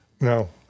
No